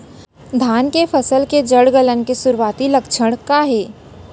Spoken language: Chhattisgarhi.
धान के फसल के जड़ गलन के शुरुआती लक्षण का हे?